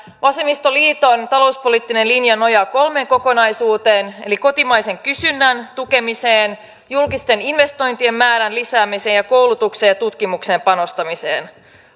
vasemmistoliiton talouspoliittinen linja nojaa kolmeen kokonaisuuteen eli kotimaisen kysynnän tukemiseen julkisten investointien määrän lisäämiseen sekä koulutukseen ja tutkimukseen panostamiseen